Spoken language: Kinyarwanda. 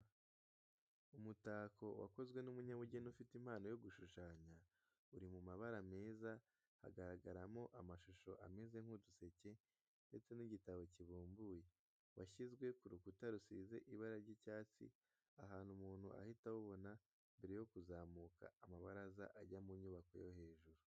Umutako wakozwe n'umunyabugeni ufite impano yo gushushanya, uri mu mabara meza hagaragaramo amashusho ameze nk'uduseke ndetse n'igitabo kibumbuye, washyizwe ku rukuta rusize ibara ry'icyatsi ahantu umuntu ahita awubona mbere yo kuzamuka amabaraza ajya mu nyubako yo hejuru.